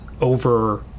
over